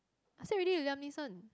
I say already Liam-Neeson